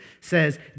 says